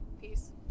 peace